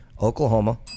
Oklahoma